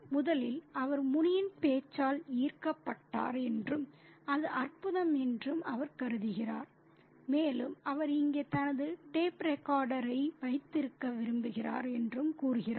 முதலில் அவர் முனியின் பேச்சால் ஈர்க்கப்பட்டார் என்றும் அது அற்புதம் என்று அவர் கருதுகிறார் மேலும் அவர் இங்கே தனது டேப் ரெக்கார்டரை வைத்திருக்க விரும்புகிறார் என்றும் கூறுகிறார்